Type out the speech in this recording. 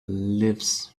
lives